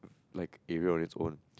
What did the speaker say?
like area of it's own